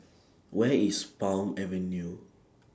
Where IS Palm Avenue